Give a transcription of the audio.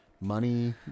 money